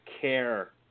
care